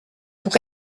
pour